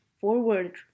forward